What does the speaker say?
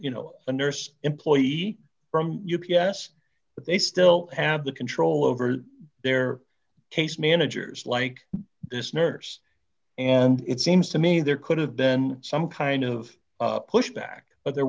you know a nurse employee from u b s but they still have the control over their case managers like this nurse and it seems to me there could have been some kind of pushback but there